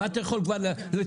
מה אתה יכול כבר לספק?